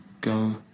go